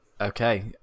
Okay